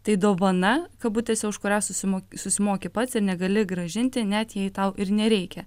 tai dovana kabutėse už kurią susimo susimoki pats ir negali grąžinti net jei tau ir nereikia